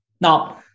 Now